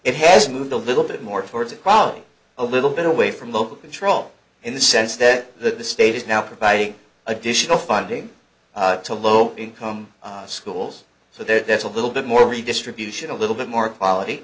it has moved a little bit more towards equality a little bit away from local control in the sense that the state is now providing additional funding to low income schools so there's a little bit more redistribution a little bit more equality